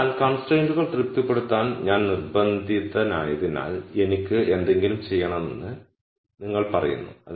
അതിനാൽ കൺസ്ട്രൈന്റുകൾ തൃപ്തിപ്പെടുത്താൻ ഞാൻ നിർബന്ധിതനായതിനാൽ എനിക്ക് എന്തെങ്കിലും ചെയ്യണമെന്ന് നിങ്ങൾ പറയുന്നു